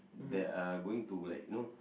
that are going to like you know